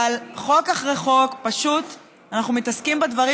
אבל חוק אחרי חוק פשוט אנחנו מתעסקים בדברים